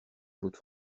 claude